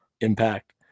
Impact